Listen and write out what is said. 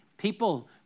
People